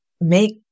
make